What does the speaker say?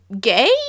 gay